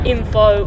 Info